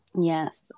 yes